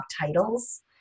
titles